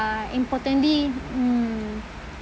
uh importantly mm